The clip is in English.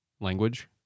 language